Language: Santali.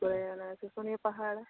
ᱛᱟᱯᱚᱨᱮ ᱥᱩᱥᱩᱱᱤᱭᱟᱹ ᱯᱟᱦᱟᱲ